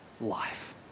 life